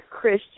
Christian